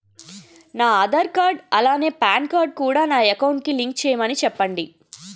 నా ఆధార్ కార్డ్ అలాగే PAN card కూడా నా అకౌంట్ కి లింక్ చేయమని చెప్పండి